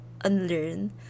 unlearn